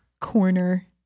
corner